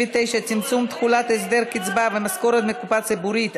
59) (צמצום תחולת הסדר קצבה ומשכורת מקופה ציבורית),